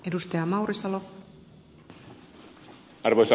arvoisa rouva puhemies